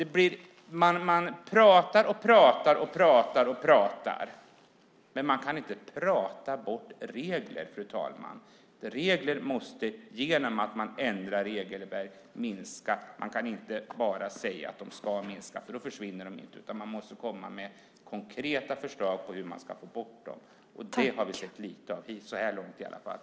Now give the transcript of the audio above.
Man pratar och pratar och pratar. Men man kan inte prata bort regler, fru talman. Regler måste minskas genom att man ändrar regelverk. Man kan inte bara säga att de ska minska, för då försvinner de inte. Man måste komma med konkreta förslag på hur man ska få bort dem, och det har vi sett väldigt lite av så här långt i alla fall.